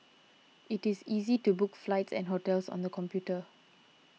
it is easy to book flights and hotels on the computer